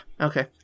Okay